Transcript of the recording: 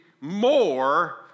more